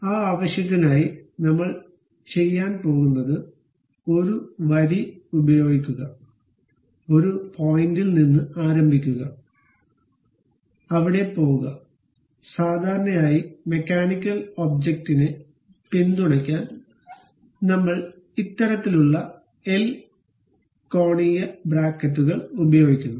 അതിനാൽ ആ ആവശ്യത്തിനായി നമ്മൾ ചെയ്യാൻ പോകുന്നത് ഒരു വരി ഉപയോഗിക്കുകഒരു പോയിന്റിൽ നിന്ന് ആരംഭിക്കുക അവിടെ പോകുക സാധാരണയായി മെക്കാനിക്കൽ ഒബ്ജക്റ്റിനെ പിന്തുണയ്ക്കാൻ നമ്മൾ ഇത്തരത്തിലുള്ള എൽ കോണീയ ബ്രാക്കറ്റുകൾ ഉപയോഗിക്കുന്നു